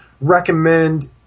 recommend